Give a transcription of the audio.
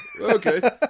okay